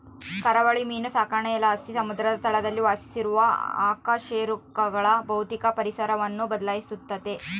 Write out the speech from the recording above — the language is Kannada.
ಕರಾವಳಿ ಮೀನು ಸಾಕಾಣಿಕೆಲಾಸಿ ಸಮುದ್ರ ತಳದಲ್ಲಿ ವಾಸಿಸುವ ಅಕಶೇರುಕಗಳ ಭೌತಿಕ ಪರಿಸರವನ್ನು ಬದ್ಲಾಯಿಸ್ತತೆ